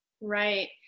Right